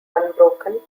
unbroken